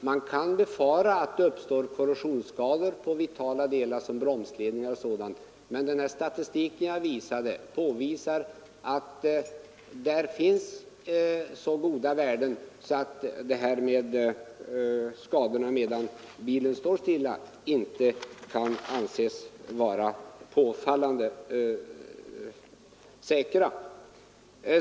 Man kan befara att det uppstår korrosionsskador på vitala delar såsom bromsledningar o. d., men den statistik jag visade bekräftade att man fått så goda värden att riskerna för att skador uppkommer medan bilen står stilla inte kan anses vara påfallande stora.